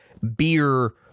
beer